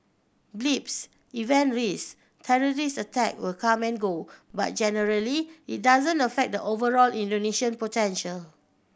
blips event risk terrorist attack will come and go but generally it doesn't affect the overall Indonesian potential